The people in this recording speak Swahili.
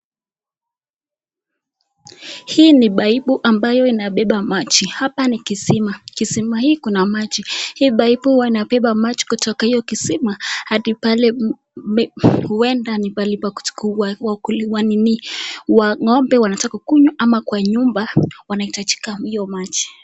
Hii ni paipu ambayo inabeba maji. Hapa ni kisima ,kisima hii kuna maji. Hii paipu huwa inabeba hiyo maji kutokankwa hii kisima hadi pale, huenda ni pahali pa ng'ombe wanataka kunywa ama kwa nyumba wanaitajika iyo maji.